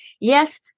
yes